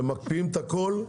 ומקפיאים את הכול.